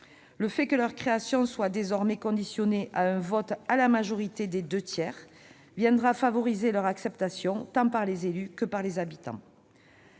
Le fait que leur création soit désormais subordonnée à un vote à la majorité des deux tiers viendra favoriser leur acceptation tant par les élus que par les habitants.